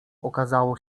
okazało